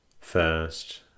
First